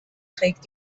trägt